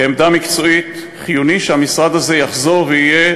כעמדה מקצועית: חיוני שהמשרד הזה יחזור ויהיה